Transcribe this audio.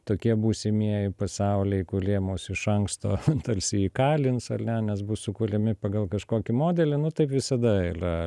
tokie būsimieji pasauliai kulie mus iš anksto tarsi įkalins ar ne nes bus sukuliami pagal kažkokį modelį nu taip visada ylia